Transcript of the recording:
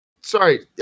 Sorry